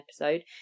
episode